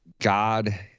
God